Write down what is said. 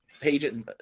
pages